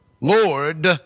Lord